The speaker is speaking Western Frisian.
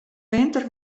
winter